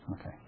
Okay